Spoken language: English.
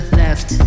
left